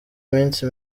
minsi